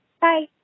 Bye